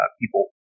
people